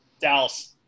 Dallas